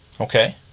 Okay